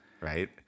right